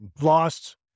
lost